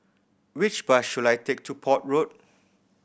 which bus should I take to Port Road